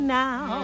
now